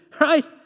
right